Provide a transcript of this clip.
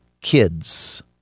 kids